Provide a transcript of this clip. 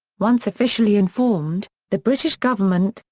once officially informed, the british government,